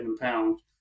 pounds